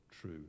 true